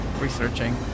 researching